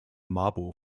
marble